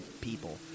people